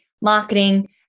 marketing